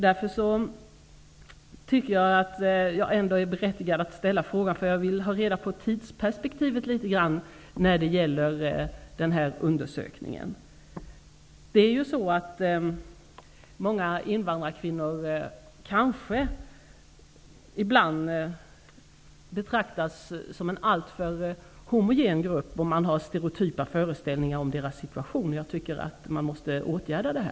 Därför tycker jag att jag ändå är berättigad att ställa frågan, eftersom jag vill ha reda på det ungefärliga tidsperspektivet när det gäller den här undersökningen. Många invandrarkvinnor kanske ibland betraktas som en alltför homogen grupp, och man har stereotypa föreställningar om deras situation. Jag tycker att man måste åtgärda detta.